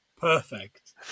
Perfect